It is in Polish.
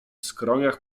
skroniach